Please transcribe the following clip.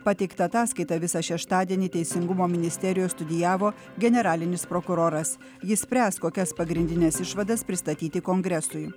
pateiktą ataskaitą visą šeštadienį teisingumo ministerijoj studijavo generalinis prokuroras jis spręs kokias pagrindines išvadas pristatyti kongresui